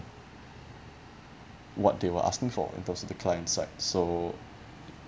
what they were asking for in terms of the client's side so